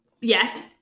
yes